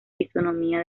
fisonomía